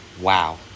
wow